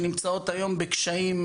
שנמצאות היום בקשיים.